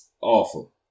Awful